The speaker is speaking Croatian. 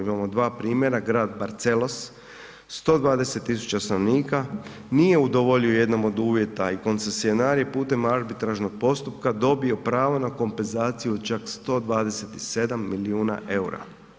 Imamo dva primjera grad Barcelos 120.000 stanovnika nije udovoljio jednom od uvjeta i koncesionar je putem arbitražnog postupka dobio pravo na kompenzaciju čak 127 milijuna EUR-a.